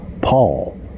Paul